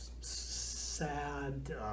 sad